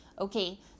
Okay